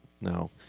No